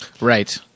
Right